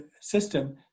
system